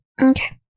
Okay